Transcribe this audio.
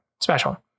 special